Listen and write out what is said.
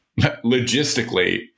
logistically